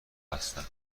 هستن